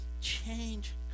Change